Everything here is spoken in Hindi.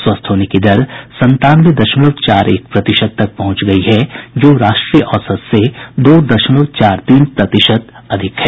स्वस्थ होने की दर संतानवे दशमलव चार एक प्रतिशत तक पहुंच गई है जो राष्ट्रीय औसत से दो दशमलव चार तीन प्रतिशत अधिक है